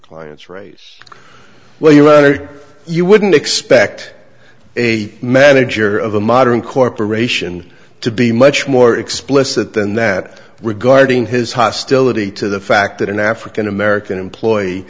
client's race well you're right or you wouldn't expect a manager of a modern corporation to be much more explicit than that regarding his hostility to the fact that an african american employee